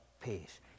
Peace